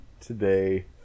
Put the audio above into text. today